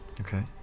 Okay